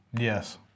Yes